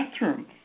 bathroom